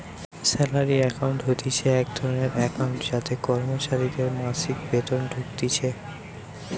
salary account হতিছে এক ধরণের একাউন্ট যাতে কর্মচারীদের মাসিক বেতন ঢুকতিছে